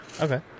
Okay